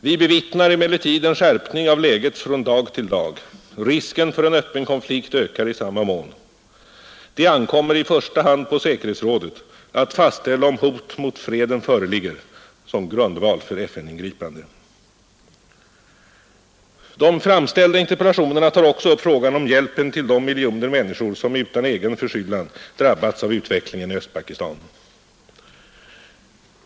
Vi bevittnar emellertid en skärpning av läget från dag till dag. Risken för en öppen konflikt ökar i samma mån. Det ankommer i första hand på säkerhetsrådet att fastställa om hot mot freden föreligger som grundval för FN-ingripande, De framställda interpellationerna tar också upp frågan om hjälpen till de miljoner människor som utan egen förskyllan drabbats av utvecklingen i Östpakistan.